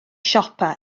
siopa